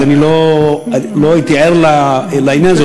שלא הייתי ער לעניין הזה,